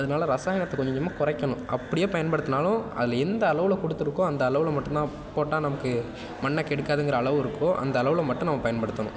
அதனால் ரசாயனத்தை கொஞ்சம் கொஞ்சமாக குறைக்கணும் அப்படியே பயன்படுத்துனாலும் அதில் எந்த அளவில் கொடுத்துருக்கோ அந்த அளவில் மட்டும் தான் போட்டால் நமக்கு மண்ணை கெடுக்காதுங்கிற அளவு இருக்கோ அந்த அளவில் மட்டும் நம்ம பயன்படுத்தணும்